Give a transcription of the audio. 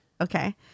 Okay